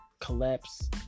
collapse